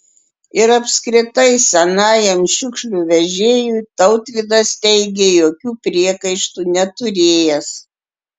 ir apskritai senajam šiukšlių vežėjui tautvydas teigė jokių priekaištų neturėjęs